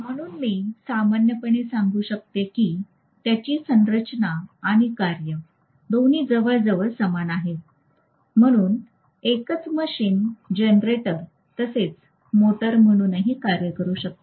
म्हणून मी सामान्यपणे सांगू शकते की त्याची संरचना आणि कार्य दोन्ही जवळजवळ समान आहेत म्हणून एकच मशीन जनरेटर तसेच मोटर म्हणूनही कार्य करू शकते